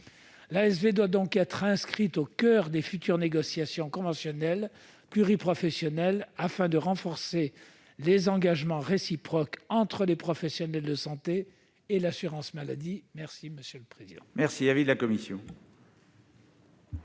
Il faut donc inscrire l'ASV au coeur des futures négociations conventionnelles pluriprofessionnelles afin de renforcer les engagements réciproques entre les professionnels de santé et l'assurance maladie. Quel est l'avis de